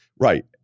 right